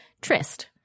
Trist